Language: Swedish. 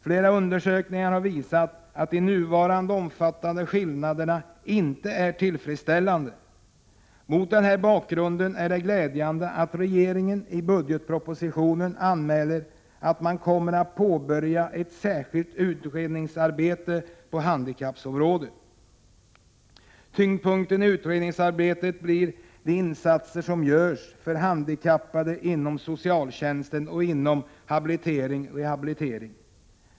Flera undersökningar har visat att de nuvarande omfattande skillnaderna inte är tillfredsställande. Mot den här bakgrunden är det glädjande att regeringen i budgetpropositionen anmäler att man kommer att påbörja ett särskilt utredningsarbete på handikappområdet. Tyngdpunkten i utredningsarbetet blir de insatser som görs för handikappade inom socialtjänsten och inom habiliteringen/ rehabiliteringen.